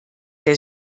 der